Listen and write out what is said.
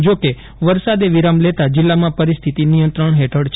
જોકે વરસાદે વિરામ લેતા જીલ્લામાં પરિસ્થિતિ નિયંત્રણ ફેઠળ છે